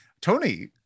Tony